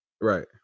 Right